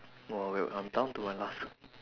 !wow! wait I'm down to my last